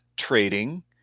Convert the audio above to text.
trading